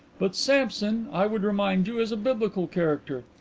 but samson, i would remind you, is a biblical character.